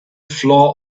floor